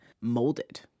molded